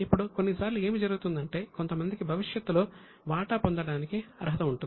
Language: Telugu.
ఇప్పుడు కొన్నిసార్లు ఏమి జరుగుతుందంటే కొంతమందికి భవిష్యత్తులో వాటా పొందటానికి అర్హత ఉంటుంది